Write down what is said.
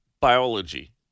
biology